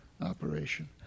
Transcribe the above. operation